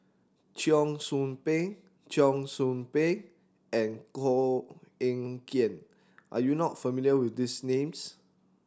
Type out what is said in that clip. Cheong Soo Pieng Cheong Soo Pieng and Koh Eng Kian are you not familiar with these names